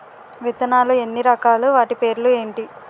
విత్తనాలు ఎన్ని రకాలు, వాటి పేర్లు ఏంటి?